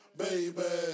baby